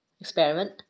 experiment